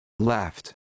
Left